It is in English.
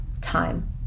time